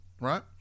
right